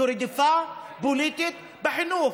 זו רדיפה פוליטית בחינוך,